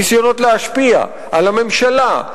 ניסיונות להשפיע על הממשלה,